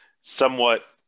somewhat